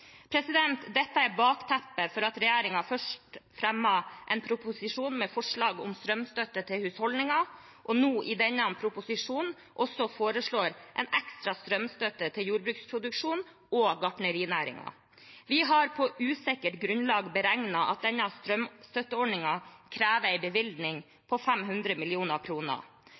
Dette er bakteppet for at regjeringen først fremmet en proposisjon med forslag om strømstøtte til husholdninger, og nå – i denne proposisjonen – også foreslår en ekstra strømstøtte til jordbruksproduksjon og gartnerinæringen. Vi har på usikkert grunnlag beregnet at denne strømstøtteordningen krever en bevilgning på 500